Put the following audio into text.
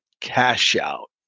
cash-out